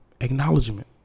acknowledgement